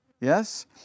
Yes